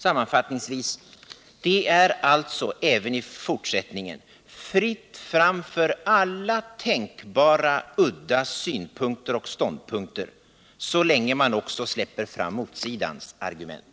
Sammanfattningsvis: Det är alltså även i fortsättningen fritt fram för alla tänkbara udda synpunkter och ståndpunkter, så länge man också släpper fram motsidans argument.